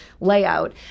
layout